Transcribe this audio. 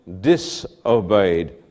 disobeyed